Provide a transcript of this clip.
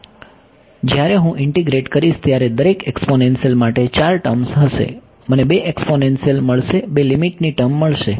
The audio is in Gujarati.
જ્યારે હું ઇન્તીગ્રેટ કરીશ ત્યારે દરેક એક્સ્પોનેન્શીયલ માટે ચાર ટર્મ્સ હશે મને બે એક્સ્પોનેન્શીયલ મળશે બે લીમીટ ની ટર્મ મળશે